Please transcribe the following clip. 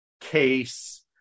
case